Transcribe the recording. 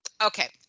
Okay